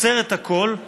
עוצר את הכול,